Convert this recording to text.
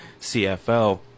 CFL